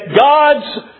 God's